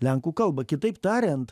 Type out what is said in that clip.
lenkų kalbą kitaip tariant